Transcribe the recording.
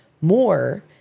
more